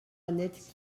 annette